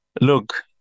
Look